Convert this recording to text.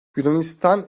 yunanistan